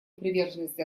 приверженность